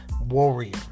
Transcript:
warrior